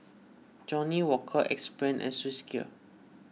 Johnnie Walker Axe Brand and Swissgear